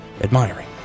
admiring